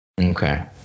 Okay